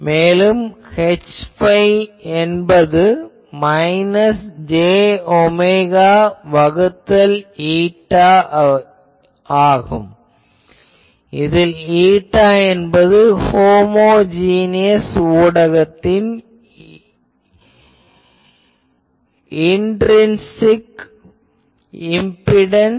மேலும் Hϕ என்பது minus j omega வகுத்தல் η இதில் η என்பது ஹோமொஜீனியஸ் ஊடகத்தின் இன்டிரின்ஸ்சிக் இம்பிடன்ஸ்